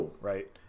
right